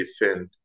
defend